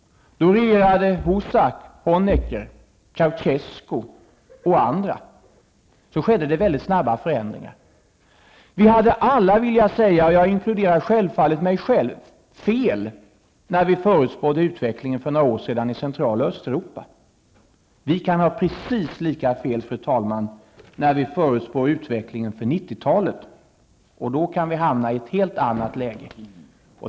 Då regerade t.ex. Husak, Honecker och Ceausescu. Sedan skedde det mycket snabba förändringar. Vi hade alla, och jag inkluderar naturligtvis mig själv, fel när vi för några år sedan förutspådde utvecklingen i Centraloch Östeuropa. Vi kan, fru talman, ha precis lika mycket fel när vi förutspår utvecklingen för 1990 talet. Då kan vi hamna i ett helt annat läge.